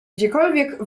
gdziekolwiek